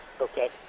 Okay